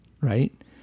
right